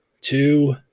two